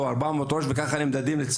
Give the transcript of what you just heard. לצערי הרב, ככה הם נמדדים.